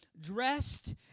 dressed